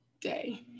Day